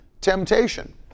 temptation